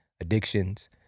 addictions